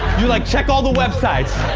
you're like, check all the websites.